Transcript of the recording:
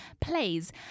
plays